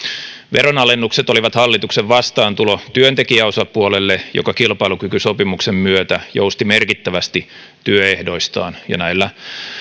veron alennukset olivat hallituksen vastaantulo työntekijäosapuolelle joka kilpailukykysopimuksen myötä jousti merkittävästi työehdoistaan ja näillä